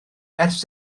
ers